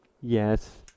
Yes